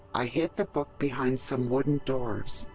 i hid the book behind some wooden doors.